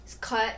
cut